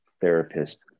therapist